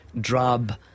drab